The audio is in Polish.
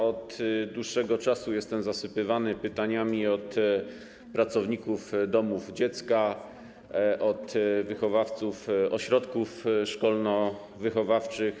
Od dłuższego czasu jestem zasypywany pytaniami od pracowników domów dziecka, od wychowawców z ośrodków szkolno-wychowawczych.